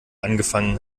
angefangen